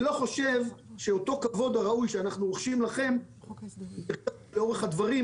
\ תודה רבה,